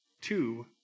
Two